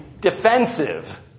defensive